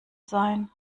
sein